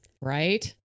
Right